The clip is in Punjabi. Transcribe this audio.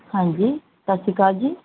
ਹਾਂਜੀ ਸਤਿ ਸ਼੍ਰੀ ਅਕਾਲ ਜੀ